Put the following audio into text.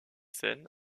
scène